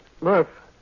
Murph